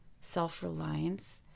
self-reliance